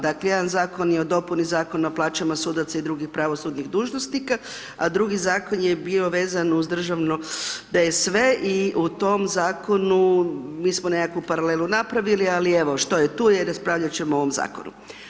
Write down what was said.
Dakle, jedan Zakon je o dopuni zakona o plaćama sudaca i drugih pravosudnih dužnosnika, a drugi Zakon je bio vezan uz državno da je sve i u tom Zakonu, mi smo nekakvu paralelu napravili, ali evo, što je-tu je, raspravljat ćemo o ovom Zakonu.